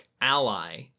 ally